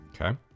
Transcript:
Okay